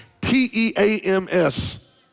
T-E-A-M-S